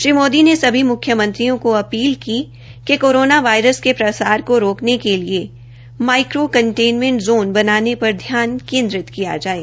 श्री मोदी ने सभी मुख्यमंत्रियों को अपील की कि कोरोना वायरस के प्रसार को रोकने के लिए माईक्रो कनटेनमेंट ज़ोन बनाने पर ध्यान केन्द्रित किया जायें